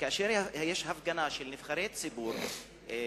כאשר יש הפגנה של נבחרי ציבור מכובדים,